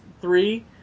three